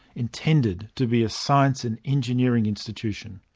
intended to be a science and engineering institution.